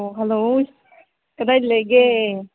ꯑꯣ ꯍꯜꯂꯣ ꯀꯗꯥꯏꯗ ꯂꯩꯒꯦ